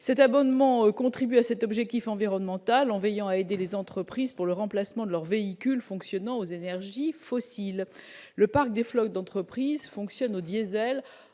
cet abonnement contribuer à cet objectif environnemental en veillant à aider les entreprises pour le remplacement de leurs véhicules fonctionnant aux énergies fossiles, le parc des flottes d'entreprises fonctionnent au diésel,